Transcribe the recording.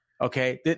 Okay